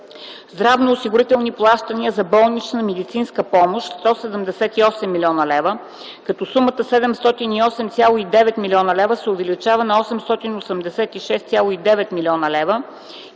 здравноосигурителни плащания за болнична медицинска помощ – 178,0 млн. лв., като сумата 708,9 млн. лв. се увеличава на 886,9 млн. лв.;